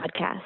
Podcast